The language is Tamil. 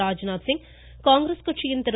ராஜ்நாத் சிங் காங்கிரஸ் கட்சியின் திரு